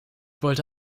wollte